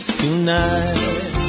tonight